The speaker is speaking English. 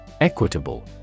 Equitable